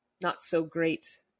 not-so-great